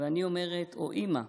ואני אומרת או אימא,